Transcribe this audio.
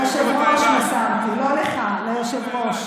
ליושב-ראש מסרתי, לא לך, ליושב-ראש.